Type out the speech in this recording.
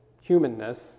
humanness